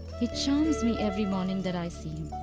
he charms me every morning that i see him,